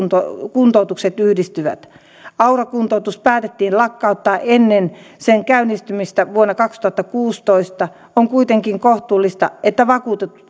kuntoutukset yhdistävä aura kuntoutus päätettiin lakkauttaa ennen sen käynnistymistä vuonna kaksituhattakuusitoista on kuitenkin kohtuullista että vakuutetut